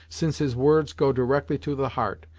since his words go directly to the heart,